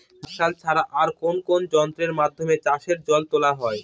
Martial ছাড়া আর কোন কোন যন্ত্রেরর মাধ্যমে চাষের জল তোলা হয়?